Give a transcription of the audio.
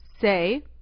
Say